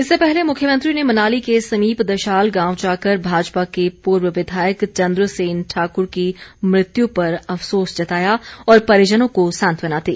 इससे पहले मुख्यमंत्री ने मनाली के समीप दशाल गांव जाकर भाजपा के पूर्व विधायक चन्द्रसेन ठाकुर की मृत्यु पर अफसोस जताया और परिजनों को सांत्वना दी